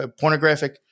pornographic